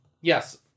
yes